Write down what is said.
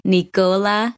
Nicola